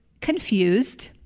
confused